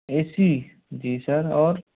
ए C G sir और